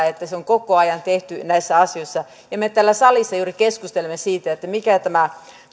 että se on koko ajan tehty näissä asioissa ja me täällä salissa juuri keskustelemme siitä mikä tämä